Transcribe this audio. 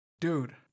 Dude